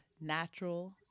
natural